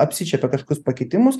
apsičiuopia kažkokius pakitimus